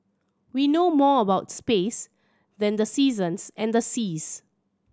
we know more about space than the seasons and the seas